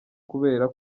kubera